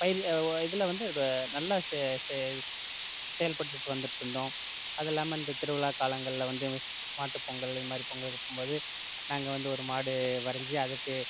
பயிற் ஓ இதில் வந்து ஒரு நல்ல சே சே செயல்பட்டுட்டு வந்துட்டுருந்தோம் அதில்லாமல் இந்த திருவிழா காலங்களில் வந்து மாட்டுப்பொங்கல் இதுமாதிரி பொங்கல்க்கு போகும் போது நாங்கள் வந்து ஒரு மாடு வரைஞ்சி அதுக்கு